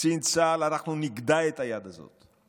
קצין צה"ל, אנחנו נגדע את היד הזאת.